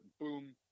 boom